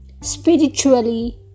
spiritually